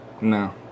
No